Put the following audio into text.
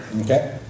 Okay